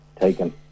taken